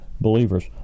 believers